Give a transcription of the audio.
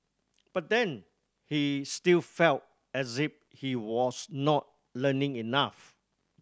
but then he still felt as if he was not learning enough